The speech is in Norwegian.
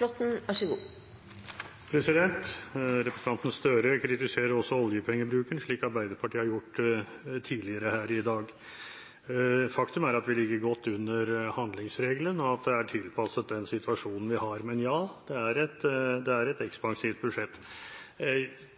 at vi ligger godt under handlingsregelen, og at det er tilpasset den situasjonen vi har, men ja, det er et ekspansivt budsjett.